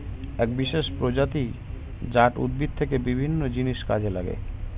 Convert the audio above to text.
এক বিশেষ প্রজাতি জাট উদ্ভিদ থেকে বিভিন্ন জিনিস কাজে লাগে